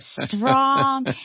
strong